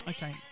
Okay